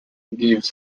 gave